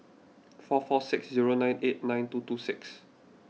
four four six zero nine eight nine two two six